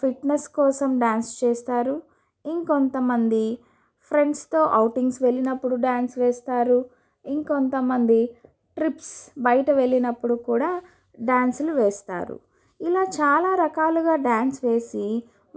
fitness కోసం dance చేస్తారు ఇంకొంత మంది ఫ్రెండ్స్తో ఔటింగ్స్ వెళ్ళినప్పుడు డాన్స్ వేస్తారు ఇంకొంత మంది ట్రిప్స్ బయట వెళ్ళినప్పుడు కూడా డాన్సులు వేస్తారు ఇలా చాలా రకాలుగా డాన్స్ వేసి